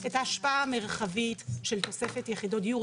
את ההשפעה המרחבית של תוספת יחידות דיור,